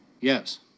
Yes